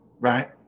right